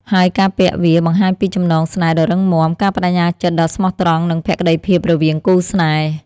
ហើយការពាក់វាបង្ហាញពីចំណងស្នេហ៍ដ៏រឹងមាំ ការប្តេជ្ញាចិត្តដ៏ស្មោះត្រង់ និងភក្តីភាពរវាងគូស្នេហ៍។